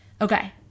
okay